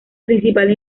principal